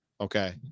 okay